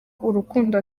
urukundo